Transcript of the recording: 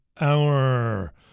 hour